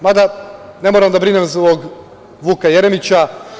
Mada ne moram da brinem zbog Vuka Jeremića.